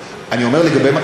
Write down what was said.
אני אומר לגבי,